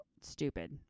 stupid